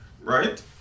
Right